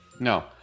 No